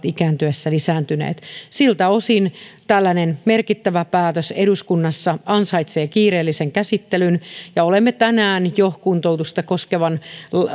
ikääntyessä lisääntyneet siltä osin tällainen merkittävä päätös eduskunnassa ansaitsee kiireellisen käsittelyn ja olemme tänään jo kuntoutusta koskevan